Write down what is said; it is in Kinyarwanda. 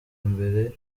mbere